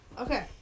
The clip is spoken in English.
okay